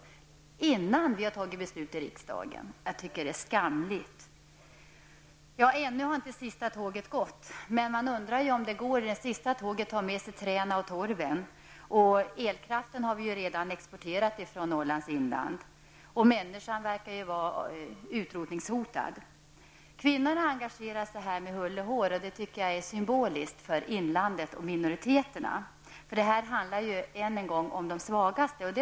Detta har skett innan beslut har fattats i riksdagen. Jag tycker att det är skamligt. Ja, ännu har inte sista tåget gått. Men man undrar om det sista tåget kommer att ta med sig träden och torven. Elkraften har vi redan exporterat från Norrlands inland. Människan verkar vara utrotningshotad. Kvinnorna engagerar sig med hull och hår. Det är symboliskt för inlandet och minoriteterna. Det handlar ju här än en gång om de svagaste.